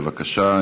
בבקשה,